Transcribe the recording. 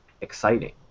exciting